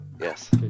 Yes